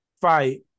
fight